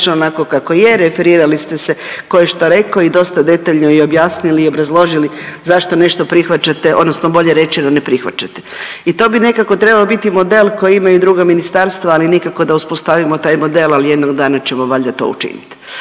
onako kako je, referirali ste se koje šta rekao i dosta detaljno i objasnili i obrazložili zašto nešto prihvaćate odnosno bolje rečeno ne prihvaćate. I to bi trebao biti model koji imaju i druga ministarstva ali nikako da uspostavimo taj model, al jednog dana ćemo valjda to učinit.